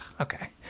okay